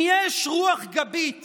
אם יש רוח גבית